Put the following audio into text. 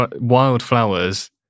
wildflowers